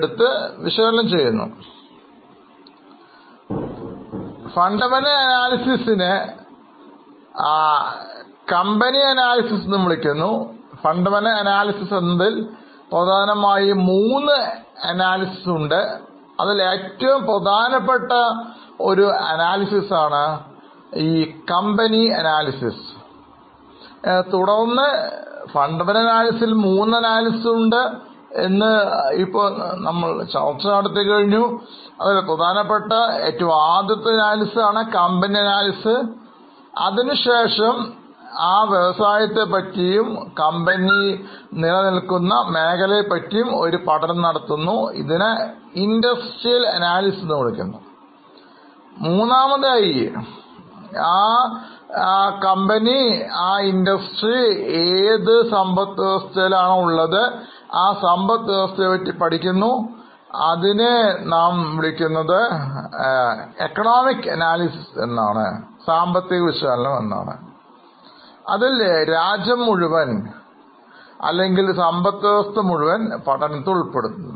അടിസ്ഥാന വിശകലനത്തെ കുറിച്ചുള്ള പഠനം കമ്പനി വിശകലനം എന്നറിയപ്പെടുന്നു തുടർന്ന് വ്യവസായത്തെ കുറിച്ചോ കമ്പനി പ്രവർത്തിക്കുന്ന മേഖലയെ കുറിച്ച് ഒരു പഠനം നടക്കുന്നു അതിനെ വ്യവസായ വിശകലനം എന്നും മൂന്നാമതായി സാമ്പത്തിക വിശകലനം എന്നും അറിയപ്പെടുന്നു അതിൽ രാജ്യം മുഴുവൻ അല്ലെങ്കിൽ സമ്പത്ത് വ്യവസ്ഥ മുഴുവൻ പഠനത്തിൽ ഉൾപ്പെടുത്തുന്നു